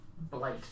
Blight